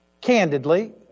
candidly